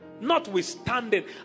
notwithstanding